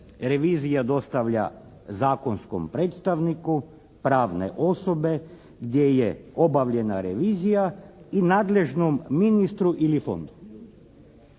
revizija dostavlja zakonskom predstavniku, pravne osobe gdje je obavljena revizija i nadležnom ministru ili fondu.